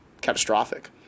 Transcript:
catastrophic